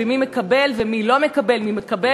במי מקבל ומי לא מקבל,